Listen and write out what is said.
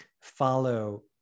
follow